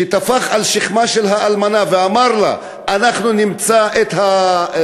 והוא טפח על שכמה של האלמנה ואמר לה: אנחנו נמצא את הרוצחים,